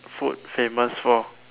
food famous for